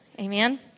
Amen